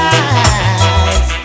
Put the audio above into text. eyes